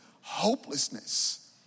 hopelessness